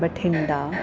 Bathinda